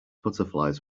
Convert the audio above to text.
butterflies